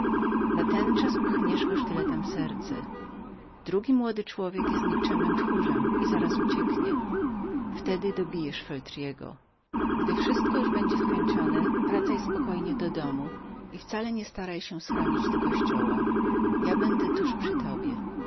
sztyletem ale uważaj dobrze w samo serce drugi młody człowiek jest nikczemnym tchórzem i zaraz ucieknie wtedy dobijesz feltrego gdy wszystko już będzie skończonem wracaj spokojnie do domu i wcale nie staraj się schronić do kościoła ja będę tuż przy tobie